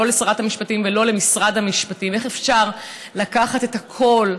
לא לשרת המשפטים ולא למשרד המשפטים: איך אפשר לקחת את הכול,